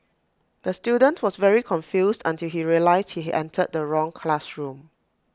the student was very confused until he realised he entered the wrong classroom